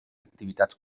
activitats